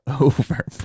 over